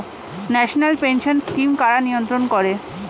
National pension scheme কারা নিয়ন্ত্রণ করে?